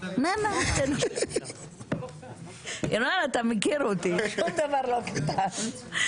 ינון, אתה מכיר אותי, שום דבר לא קטן.